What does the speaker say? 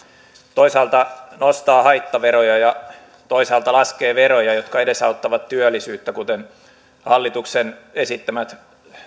toisaalta nostaa haittaveroja ja toisaalta laskee veroja jotka edesauttavat työllisyyttä kuten hallituksen esittämät